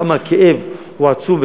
כמה הכאב הוא עצום,